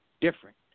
different